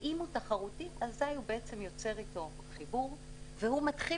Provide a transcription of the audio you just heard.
אם הוא תחרותי אזי הוא יוצר חיבור והוא מתחיל